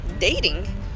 dating